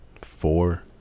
Four